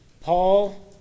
Paul